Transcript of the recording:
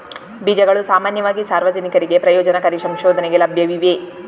ಬೀಜಗಳು ಸಾಮಾನ್ಯವಾಗಿ ಸಾರ್ವಜನಿಕರಿಗೆ ಪ್ರಯೋಜನಕಾರಿ ಸಂಶೋಧನೆಗೆ ಲಭ್ಯವಿವೆ